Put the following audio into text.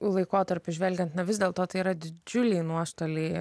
laikotarpiu žvelgiant vis dėlto tai yra didžiuliai nuostoliai